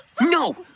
No